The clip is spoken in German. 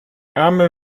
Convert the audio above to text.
ärmel